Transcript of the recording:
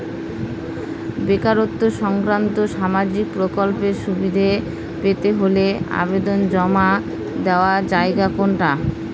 বেকারত্ব সংক্রান্ত সামাজিক প্রকল্পের সুবিধে পেতে হলে আবেদন জমা দেওয়ার জায়গা কোনটা?